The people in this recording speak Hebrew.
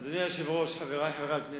אדוני היושב-ראש, חברי חברי הכנסת,